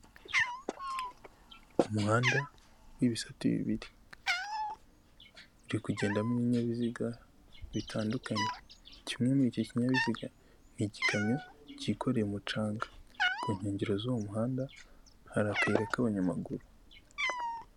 Umuhanda w'ibisate bibiri. Uri kugendamo ibinyabiziga bitandukanye. Kimwe muri ibyo binyabiziga, ni igikamyo cyikoreye umucanga. Ku nkengero z'uwo muhanda hari akayira k'abanyamaguru.